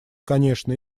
конечно